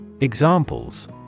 Examples